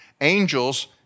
angels